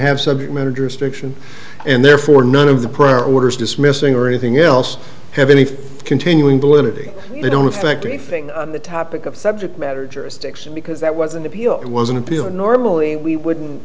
have subject matter jurisdiction and therefore none of the prior orders dismissing or anything else have any continuing validity they don't affect anything on the topic of subject matter jurisdiction because that was an appeal it was an appeal and normally we would